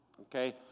Okay